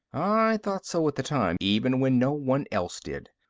i thought so at the time, even when no one else did.